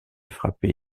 frappé